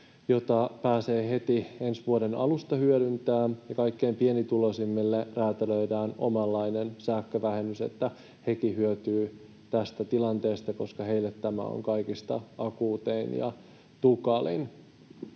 jota pääsee heti ensi vuoden alusta hyödyntämään. Ja kaikkein pienituloisimmille räätälöidään omanlainen sähkövähennys, niin että hekin hyötyvät tästä tilanteesta, koska heille tämä on kaikista akuutein ja tukalin.